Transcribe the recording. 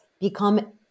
become